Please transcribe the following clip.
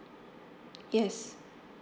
yes